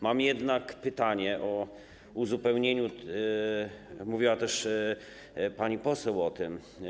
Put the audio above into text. Mam jednak pytanie dotyczące uzupełnienia - mówiła też pani poseł o tym.